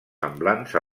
semblants